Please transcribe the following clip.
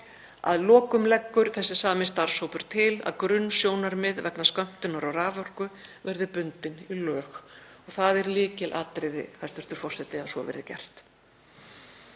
Að lokum leggur þessi sami starfshópur til að grunnsjónarmið vegna skömmtunar á raforku verði bundin í lög. Það er lykilatriði, hæstv. forseti, að svo verði gert.